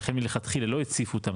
ולכן מלכתחילה לא הציפו אותם,